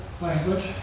language